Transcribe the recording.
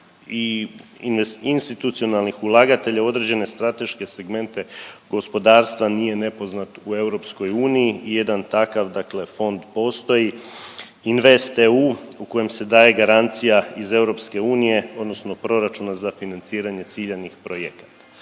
i institucionalnih ulagatelja u određene strateške segmente gospodarstva nije nepoznat u EU. Jedan takav dakle fond postoji InvestEU u kojem se daje garancija iz EU odnosno proračuna za financiranje ciljanih projekata.